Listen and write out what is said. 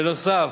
בנוסף,